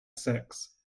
sex